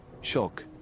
Shock